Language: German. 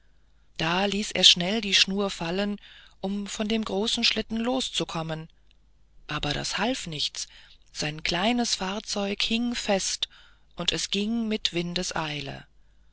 da ließ er schnell die schnur fallen um von dem großen schlitten loszukommen aber das half nichts sein kleines fahrzeug hing fest und es ging mit windeseile